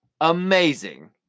amazing